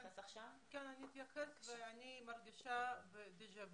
אני מרגישה דז'ה וו.